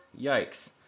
Yikes